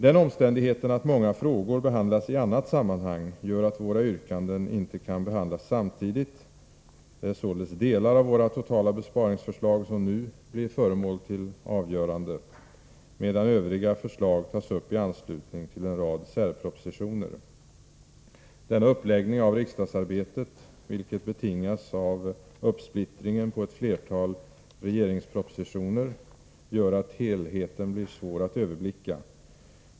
Den omständigheten att många frågor behandlas i annat sammanhang gör att våra yrkanden inte kan behandlas samtidigt. Det är således delar av våra totala besparingsförslag som nu blir föremål för avgörande, medan övriga förslag tas upp i anslutning till en rad särpropositioner. Denna uppläggning av riksdagsarbetet, vilken betingas av uppsplittringen på ett flertal regeringspropositioner, gör att helheten blir svår att överblicka.